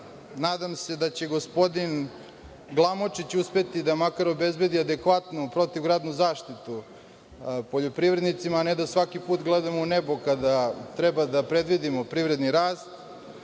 se da će gospodin Glamočić uspeti da makar obezbedi adekvatnu protivgradnu zaštitu poljoprivrednicima, a ne da svaki put gledamo u nebo kada treba da predvidimo privredni